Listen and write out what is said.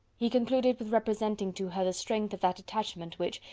he concluded with representing to her the strength of that attachment which,